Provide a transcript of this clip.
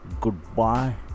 goodbye